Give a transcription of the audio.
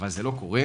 אבל זה לא קורה.